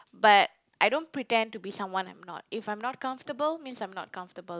but I don't pretend to be someone I'm not if I'm not comfortable means I'm not comfortable